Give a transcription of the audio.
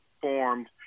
formed